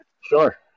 Sure